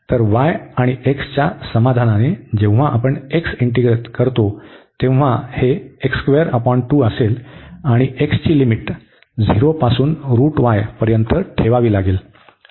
तर y आणि x च्या समाधानाने जेव्हा आपण x इंटीग्रेट करतो तेव्हा हे असेल आणि x ची लिमिट 0 पासून पर्यंत ठेवावी लागेल